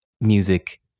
music